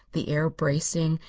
the air bracing,